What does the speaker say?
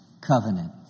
covenant